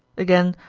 again,